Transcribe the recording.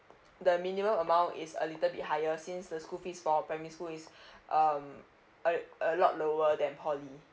the minimum amount is a little bit higher since the school fees for primary school is um a a lot lower than poly